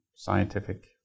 scientific